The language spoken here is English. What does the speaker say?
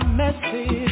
message